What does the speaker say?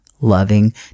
loving